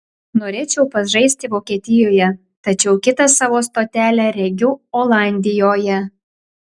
norėčiau pažaisti vokietijoje tačiau kitą savo stotelę regiu olandijoje